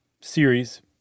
series